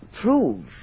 prove